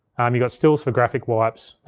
um you got stills for graphic wipes.